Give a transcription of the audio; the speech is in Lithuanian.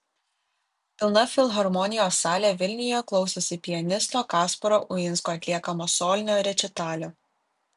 pilna filharmonijos salė vilniuje klausėsi pianisto kasparo uinsko atliekamo solinio rečitalio